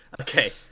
Okay